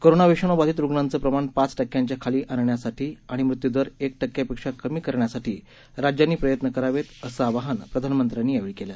corona विषाणू बाधित रुग्णांचं प्रमाण पाच टक्क्यांच्या खाली आणण्यासाठी आणि मृत्यूदर एक टक्क्यापेक्षा कमी करण्यासाठी राज्यांनी प्रयत्न करावे असं आवाहन प्रधानमंत्र्यांनी यावेळी केलं